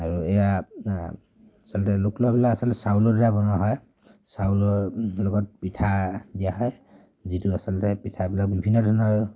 আৰু এয়া আচলতে লোক লাওবিলাক আচলতে চাউলৰ দ্বাৰা বনোৱা হয় চাউলৰ লগত পিঠা দিয়া হয় যিটো আচলতে পিঠাবিলাক বিভিন্ন ধৰণৰ